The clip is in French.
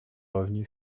revenu